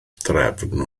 drefn